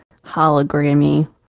hologrammy